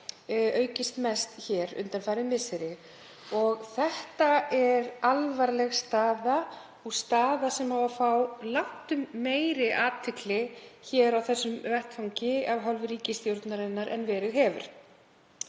aukist mest hér undanfarin misseri. Þetta er alvarleg staða og staða sem á að fá langtum meiri athygli á þessum vettvangi af hálfu ríkisstjórnarinnar en verið hefur.